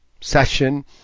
session